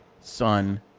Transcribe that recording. son